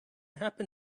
happen